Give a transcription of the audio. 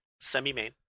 semi-main